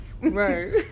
Right